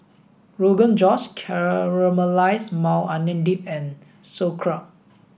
Rogan Josh Caramelized Maui Onion Dip and Sauerkraut